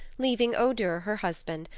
leaving odur, her husband,